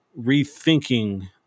rethinking